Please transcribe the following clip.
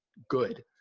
good.